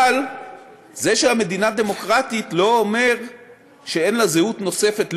אבל זה שהמדינה דמוקרטית לא אומר שאין לה זהות נוספת,